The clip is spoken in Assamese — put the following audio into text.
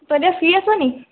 তই এতিয়া ফ্ৰী আছ নি